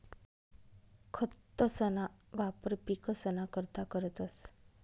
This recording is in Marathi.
खतंसना वापर पिकसना करता करतंस